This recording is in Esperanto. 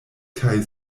kaj